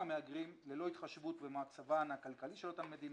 המהגרים ללא התחשבות במצבן הכלכלי של אותן מדינות,